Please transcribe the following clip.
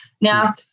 Now